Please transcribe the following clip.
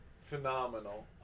phenomenal